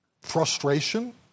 Frustration